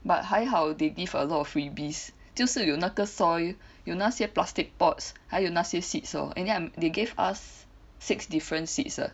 but 还好 they give a lot of freebies 就是有那个 soil 有哪些 plastic pots 还有那些 seed lor and then they give us six different seeds ah